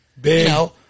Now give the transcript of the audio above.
big